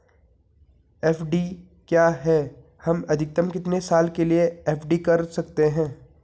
FD क्या है हम अधिकतम कितने साल के लिए एफ.डी कर सकते हैं?